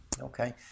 Okay